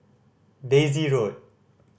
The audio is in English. Daisy Road